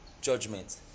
judgment